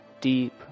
deep